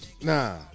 nah